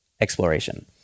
exploration